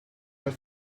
that